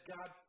God